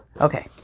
Okay